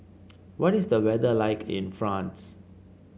what is the weather like in France